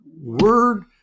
word